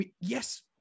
yes